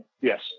Yes